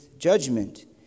Judgment